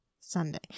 sunday